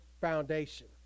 foundation